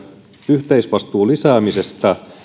yhteisvastuun lisäämisestä